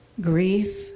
grief